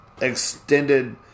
extended